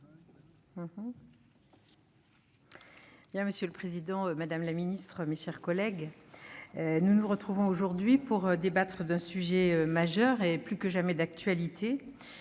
Monsieur le président, madame la ministre, mes chers collègues, nous nous retrouvons aujourd'hui pour débattre d'un sujet majeur et plus que jamais d'actualité.